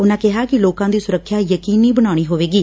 ਉਨੂਂ ਕਿਹਾ ਕਿ ਲੋਕਾਂ ਦੀ ਸੁਰੱਖਿਆ ਯਕੀਨੀ ਬਣਾਉਣੀ ਹੋਵੇਗੀ